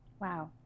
Wow